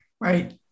Right